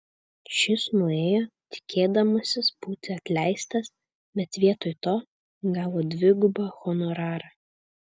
šis nuėjo tikėdamasis būti atleistas bet vietoj to gavo dvigubą honorarą